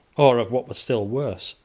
or of what was still worse,